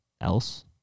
else